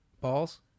Balls